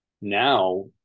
Now